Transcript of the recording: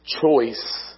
choice